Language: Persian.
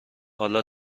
حالا